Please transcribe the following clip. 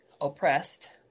oppressed